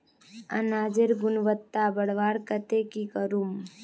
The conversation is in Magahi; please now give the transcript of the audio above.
अनाजेर गुणवत्ता बढ़वार केते की करूम?